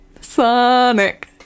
Sonic